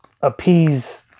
appease